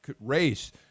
race